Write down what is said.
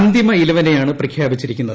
അന്തിമ ഇലവനെയാണ് പ്രഖ്യാപിച്ചിരിക്കുന്നത്